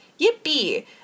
Yippee